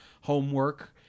Homework